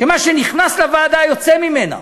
שמה שנכנס לוועדה יוצא ממנה?